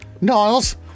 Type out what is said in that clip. Niles